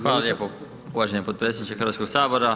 Hvala lijepo uvaženi potpredsjedniče Hrvatskog sabora.